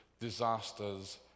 disasters